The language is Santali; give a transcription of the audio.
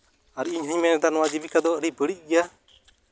ᱟᱨ ᱤᱧ ᱦᱚᱧ ᱞᱟᱹᱭᱮᱫᱟ ᱱᱚᱣᱟ ᱡᱤᱵᱤᱠᱟ ᱫᱚ ᱟᱹᱰᱤ ᱵᱟᱹᱲᱤᱡ ᱜᱮᱭᱟ